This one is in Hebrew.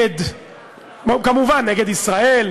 כמובן נגד ישראל,